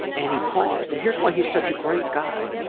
and he paused. and here's why he's such a great guy.